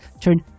turn